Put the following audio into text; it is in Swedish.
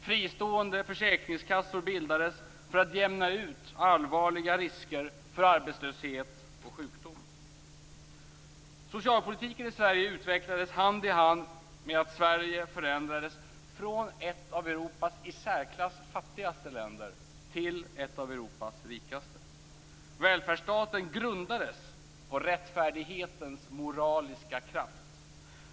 Fristående försäkringskassor bildades för att jämna ut allvarliga risker för arbetslöshet och sjukdom. Socialpolitiken i Sverige utvecklades hand i hand med att Sverige förändrades från ett av Europas i särklass fattigaste länder till ett av Europas rikaste. Välfärdsstaten grundades på rättfärdighetens moraliska kraft.